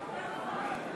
הכנסת,